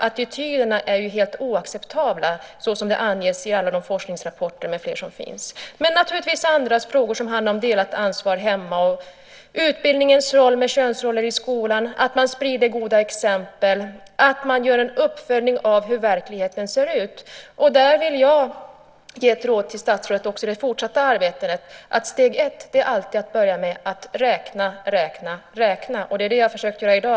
Attityderna är ju helt oacceptabla såsom anges i alla de forskningsrapporter som finns. Naturligtvis finns det också andra frågor, som handlar om delat ansvar hemma, utbildningens roll med tanke på könsroller i skolan, att man sprider goda exempel och att man gör en uppföljning av hur verkligheten ser ut. Där vill jag också ge ett råd till statsrådet i det fortsatta arbetet, nämligen att steg ett alltid är att börja med att räkna, räkna, räkna. Det är det jag har försökt göra i dag.